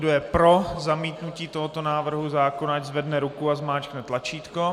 Kdo je pro zamítnutí tohoto návrhu zákona, ať zvedne ruku a zmáčkne tlačítko.